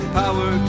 power